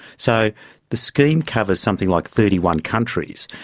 so the scheme covers something like thirty one countries.